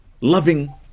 loving